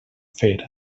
fer